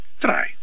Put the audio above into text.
Try